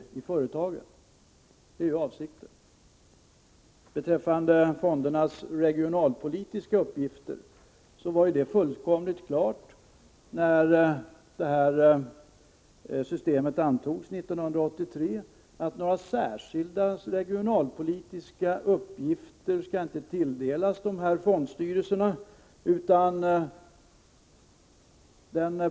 När fondsystemet antogs 1983 var det fullkomligt klart att några särskilda regionalpolitiska uppgifter inte skulle tilldelas fondstyrelserna.